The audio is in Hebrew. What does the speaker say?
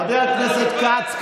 חבר הכנסת כץ,